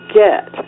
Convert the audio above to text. get